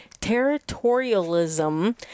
territorialism